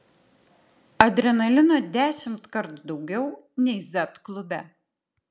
adrenalino dešimtkart daugiau nei z klube